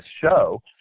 show